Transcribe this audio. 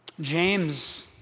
James